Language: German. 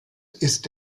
ist